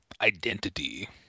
Identity